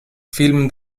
film